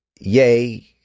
yay